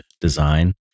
design